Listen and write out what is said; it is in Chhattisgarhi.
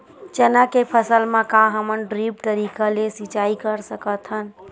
चना के फसल म का हमन ड्रिप तरीका ले सिचाई कर सकत हन?